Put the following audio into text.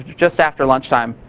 just after lunch time,